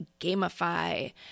gamify